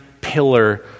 pillar